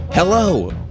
Hello